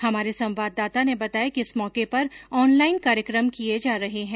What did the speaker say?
हमारे संवाददाता ने बताया कि इस मौके पर ऑनलाइन कार्यक्रम किये जा रहे है